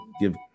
give